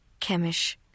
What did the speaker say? Chemish